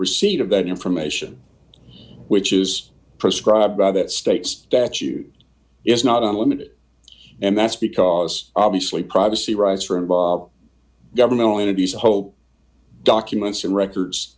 of that information which is prescribed by that state statute is not unlimited and that's because obviously privacy rights are involved governmental entities hope documents and records